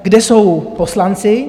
Kde jsou poslanci?